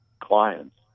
clients